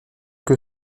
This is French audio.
que